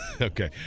Okay